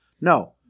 No